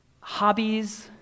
hobbies